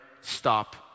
stop